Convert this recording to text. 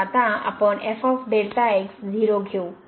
तर आता आपण घेऊ